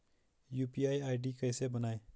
UPI ID कैसे बनायें?